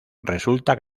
resulta